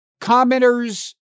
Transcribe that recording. Commenters